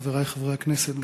חברי חברי הכנסת,